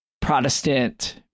Protestant